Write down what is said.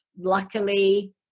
luckily